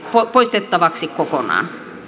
poistettavaksi kokonaan